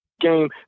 game